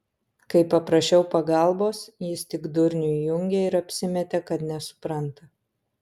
kai paprašiau pagalbos jis tik durnių įjungė ir apsimetė kad nesupranta